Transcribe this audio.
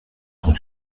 tant